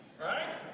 right